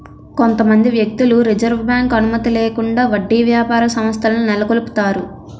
కొంతమంది వ్యక్తులు reserve bank అనుమతి లేకుండా వడ్డీ వ్యాపార సంస్థలను నెలకొల్పుతారు